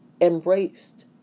embraced